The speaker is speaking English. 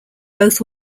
both